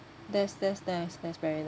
that's that's nice that's very